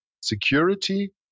security